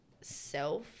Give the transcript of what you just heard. self